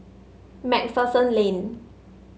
MacPherson Lane